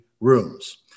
rooms